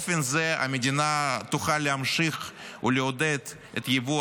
באופן זה המדינה תוכל להמשיך ולעודד את יבוא